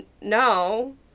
no